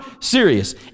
serious